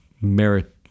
merit